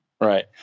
Right